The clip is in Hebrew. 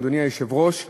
אדוני היושב-ראש,